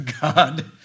God